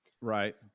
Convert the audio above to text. right